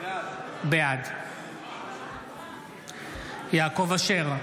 בעד יעקב אשר,